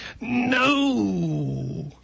No